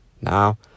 Now